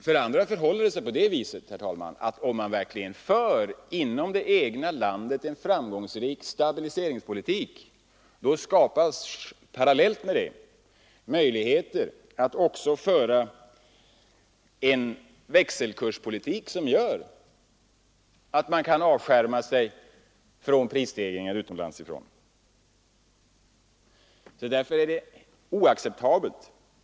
För det andra förhåller det sig på det viset, herr talman, att om man inom det egna landet verkligen för en framgångsrik stabiliseringspolitik skapas parallellt därmed möjligheter att föra en växelkurspolitik som gör att man kan avskärma sig från prishöjningar utomlands.